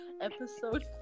Episode